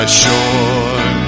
shore